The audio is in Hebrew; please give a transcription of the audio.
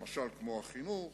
כמו החינוך.